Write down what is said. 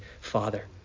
Father